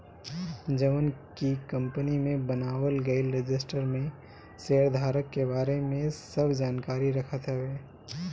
जवन की कंपनी में बनावल गईल रजिस्टर में शेयरधारक के बारे में सब जानकारी रखत हवे